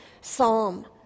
psalm